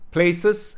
Places